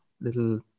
little